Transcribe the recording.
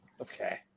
Okay